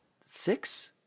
Six